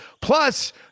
Plus